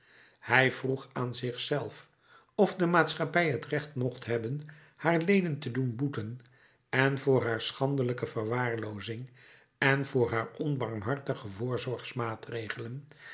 hij vroeg aan zich zelf of de maatschappij het recht mocht hebben haar leden te doen boeten èn voor haar schandelijke verwaarloozing èn voor haar onbarmhartige voorzorgsmaatregelen